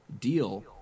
deal